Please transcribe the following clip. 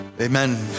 Amen